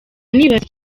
nibaza